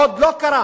עוד לא קרה.